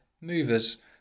movers